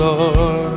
Lord